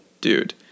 dude